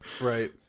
Right